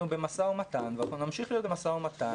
אנחנו במשא-ומתן, ואנחנו נמשיך להיות במשא-ומתן.